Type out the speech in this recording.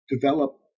develop